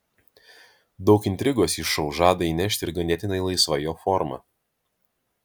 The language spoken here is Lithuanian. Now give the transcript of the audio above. daug intrigos į šou žada įnešti ir ganėtinai laisva jo forma